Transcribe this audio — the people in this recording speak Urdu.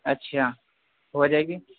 اچھا ہو جائے گی